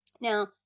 Now